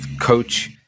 coach